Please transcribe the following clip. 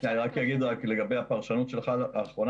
אני רק אומר לגבי הפרשנות שלך לנתונים.